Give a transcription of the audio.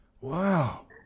Wow